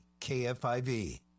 KFIV